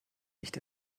nicht